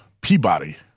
Peabody